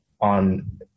on